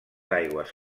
aigües